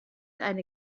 eine